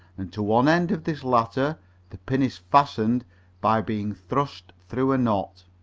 and to one end of this latter the pin is fastened by being thrust through a knot.